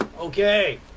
okay